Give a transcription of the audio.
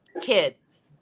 Kids